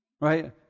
Right